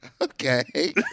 Okay